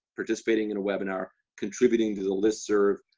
participating in a webinar, contributing to the listserv,